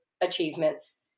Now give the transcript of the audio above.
achievements